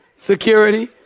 Security